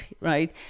right